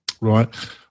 Right